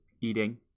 eating